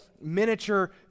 miniature